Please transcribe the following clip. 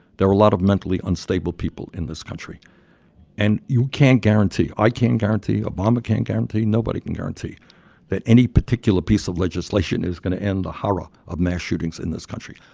there are a lot of mentally unstable people in this country and you can't guarantee i can't guarantee, obama can't guarantee, nobody can guarantee that any particular piece of legislation is going to end the horror of mass shootings in this country.